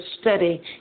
Study